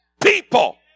people